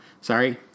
Sorry